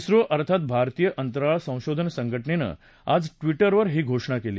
झो अर्थात भारतीय अंतराळ संशोधक संघटनेनं आज ट्विटरवर ही घोषणा केली